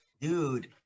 Dude